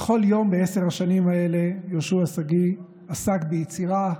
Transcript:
בכל יום בעשר השנים האלה יהושע שגיא עסק ביצירה,